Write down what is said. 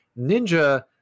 Ninja